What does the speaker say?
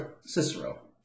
Cicero